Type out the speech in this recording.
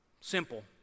Simple